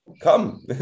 come